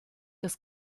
das